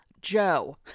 Joe